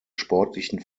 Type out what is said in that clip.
sportlichen